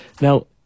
Now